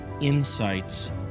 insights